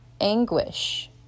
anguish